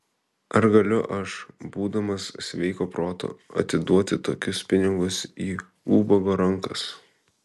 ar galiu aš būdamas sveiko proto atiduoti tokius pinigus į ubago rankas